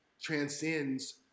transcends